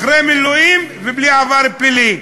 אחרי מילואים ובלי עבר פלילי.